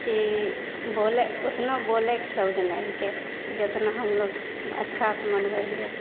कि बोलै ओतना बोलैके शब्द नहि हिकै जतना हमलोक अच्छासे मनबै हिए